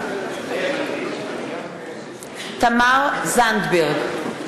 מתחייב אני תמר זנדברג,